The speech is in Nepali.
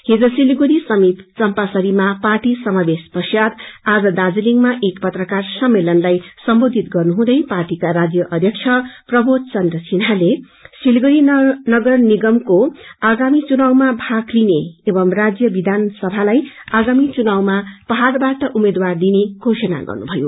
हिज सिलगड़ी समीप चमपासरीमा पार्टी समावेशपश्चात आज दार्जीलिङमा एक पत्रकार सम्मेलनलाई सम्बोधित गर्नुहुँदै पार्टीका राज्य अध्यक्ष प्रवोध चन्द्र सिन्हाले सिलगड़ी नगर निगमलाइ आगामी चुनावमा भाग लिन एवं राज्य विधानसभालाई आगामी चुनावमा पहाड़बाट उम्मेद्वार दिने घेषणा गर्नुभयो